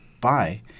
bye